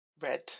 red